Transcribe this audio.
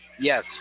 yes